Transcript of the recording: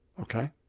okay